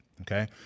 Okay